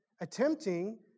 attempting